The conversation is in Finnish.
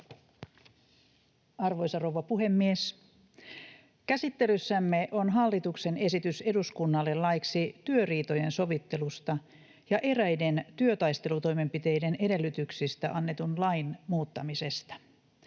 Role: N/A Type: speech Section: 4 - Hallituksen esitys eduskunnalle laiksi työriitojen sovittelusta ja eräiden työtaistelutoimenpiteiden edellytyksistä annetun lain muuttamisesta